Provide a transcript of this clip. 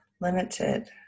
limited